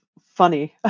funny